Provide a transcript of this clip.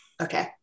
Okay